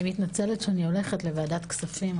אני מתנצלת שאני נאלצת ללכת לוועדת הכספים,